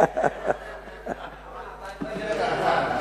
אתה עם רגל אחת.